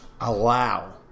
allow